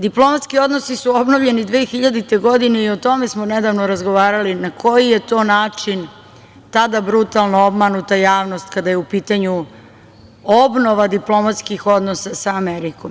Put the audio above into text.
Diplomatski odnosi su obnovljeni 2000. godine, i o tome smo nedavno razgovarali, na koji je to način tada brutalno obmanuta javnost kada je u pitanju obnova diplomatskih odnosa sa Amerikom.